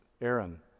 Aaron